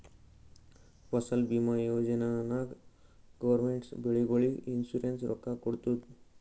ಫಸಲ್ ಭೀಮಾ ಯೋಜನಾ ನಾಗ್ ಗೌರ್ಮೆಂಟ್ ಬೆಳಿಗೊಳಿಗ್ ಇನ್ಸೂರೆನ್ಸ್ ರೊಕ್ಕಾ ಕೊಡ್ತುದ್